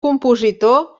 compositor